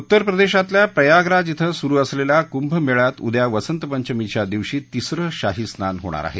उत्तरप्रदेशातल्या प्रयागराज ििं सुरु असलेल्या कुंभमेळयात उद्या वसंतपंचमीच्या दिवशी तिसरं शाहीस्नान होणार आहे